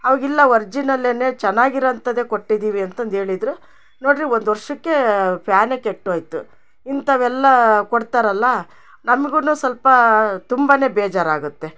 ಅವಗಿಲ್ಲ ವರ್ಜಿನಲ್ಲೇನೇ ಚೆನ್ನಾಗಿರೋಂಥದ್ದೇ ಕೊಟ್ಟಿದೀವಿ ಅಂತಂದು ಹೇಳಿದ್ರು ನೋಡ್ರಿ ಒಂದು ವರ್ಷಕ್ಕೇ ಫ್ಯಾನೇ ಕೆಟ್ಟೋಯಿತು ಇಂಥವೆಲ್ಲಾ ಕೊಡ್ತಾರಲ್ಲ ನಮಗೂನು ಸ್ವಲ್ಪಾ ತುಂಬಾನೆ ಬೇಜಾರಾಗುತ್ತೆ